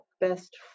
best